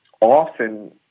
often